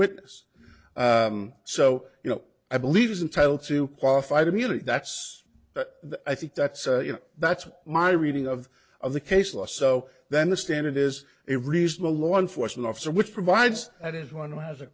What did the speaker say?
witness so you know i believe is entitle to qualified immunity that's i think that's you know that's my reading of of the case law so then the standard is it reasonable law enforcement officer which provides that is one who has a